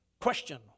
Question